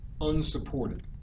unsupported